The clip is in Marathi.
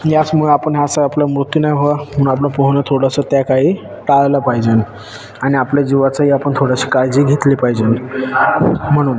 याचमुळं आपण असं आपलं मृत्यू नाही व्हावा म्हणून आपलं पोहणं थोडंसं त्या काळी टाळलं पाहिजेन आणि आपल्या जीवाचाही आपण थोडीशी काळजी घेतली पाहिजेन म्हणून